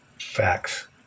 facts